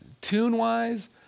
Tune-wise